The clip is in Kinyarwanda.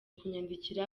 kunyandikira